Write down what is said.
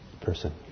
person